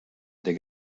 der